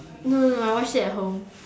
no no no I watched it at home